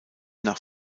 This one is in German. nach